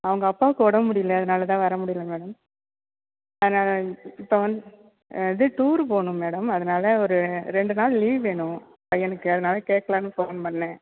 அவங்க அப்பாவுக்கு உடம்பு முடியல அதனால் தான் வர முடியல மேடம் அதனால் இப்போ வந்து இது டூரு போகணும் மேடம் அதனால் ஒரு ரெண்டு நாள் லீவ் வேணும் பையனுக்கு அதனால் கேட்கலாணு ஃபோன் பண்ணேன்